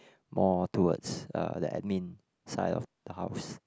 more towards uh the admin side of the house